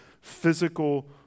physical